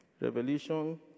Revelation